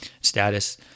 Status